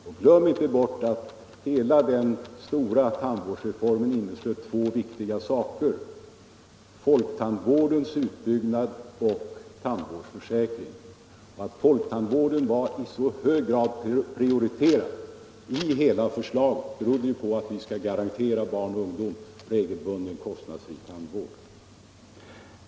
Och glöm inte bort att hela den stora tandvårdsreformen inneslöt två viktiga saker — folktandvårdens utbyggnad och tandvårdsförsäkring. Och att folktandvården i så hög grad var prioriterad i hela förslaget berodde på att vi vill garantera barn och ungdom regelbunden kostnadsfri tandvård.